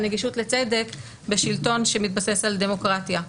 הנגישות לצדק בשלטון שמתבסס על דמוקרטיה.